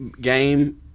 game